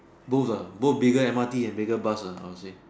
both ah both bigger M_R_T and bigger bus ah I would say